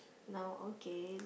now okay